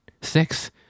Six